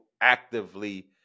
actively